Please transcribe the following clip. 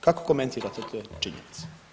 Kako komentirate te činjenice?